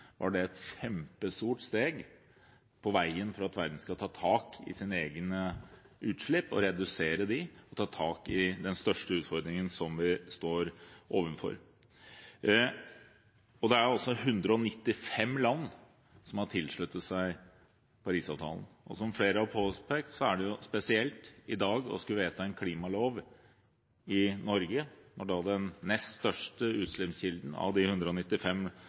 var det et kjempestort steg på veien for at verden skal ta tak i egne utslipp, redusere dem og slik ta tak i den største utfordringen som vi står overfor. Det er 195 land som har tilsluttet seg Paris-avtalen, og som flere har påpekt, er det spesielt i dag å skulle vedta en klimalov i Norge, når den nest største utslippskilden av de 195